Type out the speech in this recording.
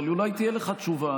אבל אולי תהיה לך תשובה.